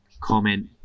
Comment